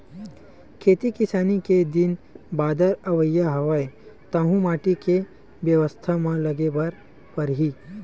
खेती किसानी के दिन बादर अवइया हवय, खातू माटी के बेवस्था म लगे बर परही